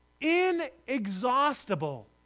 inexhaustible